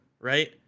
right